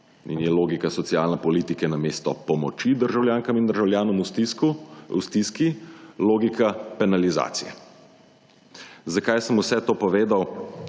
In je logika socialne politike namesto pomoči državljankam in državljanom v stisku logika penalizacije. Zakaj sem vse to povedal